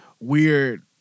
weird